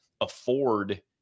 afford